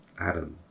Adam